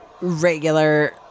regular